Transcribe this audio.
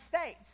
States